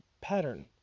pattern